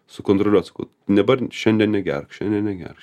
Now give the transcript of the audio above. sukontroliuot sakau dabar šiandien negerk šiandien negerk